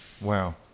Wow